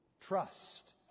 Trust